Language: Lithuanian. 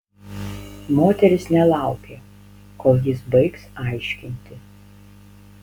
moteris nelaukė kol jis baigs aiškinti